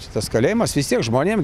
šitas kalėjimas vistiek žmonėm